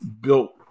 built